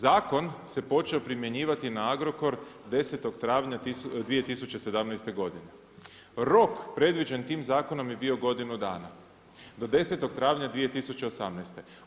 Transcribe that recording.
Zakon se počeo primjenjivati na Agrokor 10. travnja 2017. godine, rok predviđen tim zakonom je bio godinu dana do 10. travnja 2018.